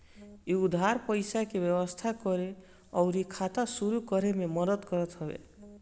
इ उधार पईसा के व्यवस्था करे अउरी खाता शुरू करे में मदद करत हवे